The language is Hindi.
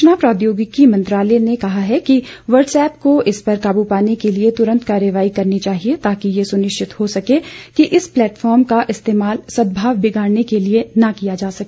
सूचना प्रौद्योगिकी मंत्रालय ने कहा है कि वाटसअप को इस पर काबू पाने के लिए तुरंत कार्यवाही करनी चाहिए ताकि यह सुनिश्चित हो सके कि इस प्लेटफार्म का इस्तेमाल सदभाव बिगाड़ने के लिए न किया जा सके